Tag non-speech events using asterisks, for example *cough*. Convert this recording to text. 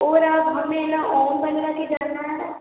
और आप हमें न ओम *unintelligible* जाना है